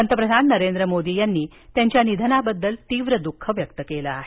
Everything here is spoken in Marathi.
पंतप्रधान नरेंद्र मोदी यांनी त्यांच्या निधनाबद्दल तीव्र द्ःख व्यक्त केलं आहे